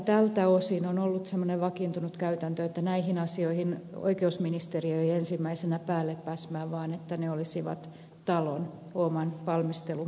tältä osin on ollut semmoinen vakiintunut käytäntö että näihin asioihin oikeusministeriö ei ensimmäisenä päälle päsmää vaan että ne olisivat talon oman valmistelun puitteissa